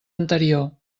anterior